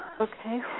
okay